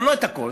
אבל לא על הכול,